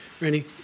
Randy